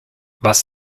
was